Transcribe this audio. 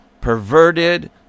perverted